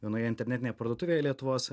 vienoje internetinėj parduotuvėj lietuvos